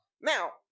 Now